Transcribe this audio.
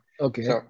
Okay